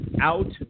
out